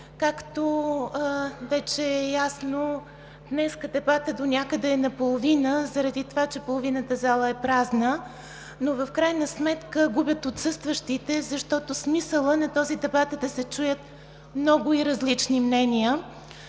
Както вече е ясно, днес дебатът донякъде е наполовина, заради това че половината зала е празна, но в крайна сметка губят отсъстващите, защото смисълът на този дебат е да се чуят много и различни мнения.